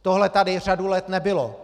Tohle tady řadu let nebylo.